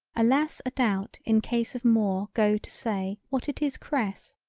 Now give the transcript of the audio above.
alas a doubt in case of more go to say what it is cress.